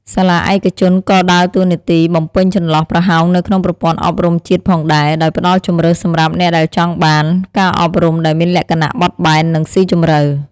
សាលាឯកជនក៏ដើរតួនាទីបំពេញចន្លោះប្រហោងនៅក្នុងប្រព័ន្ធអប់រំជាតិផងដែរ ដោយផ្តល់ជម្រើសសម្រាប់អ្នកដែលចង់បាន ការអប់រំដែលមានលក្ខណៈបត់បែន និងស៊ីជម្រៅ ។